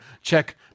check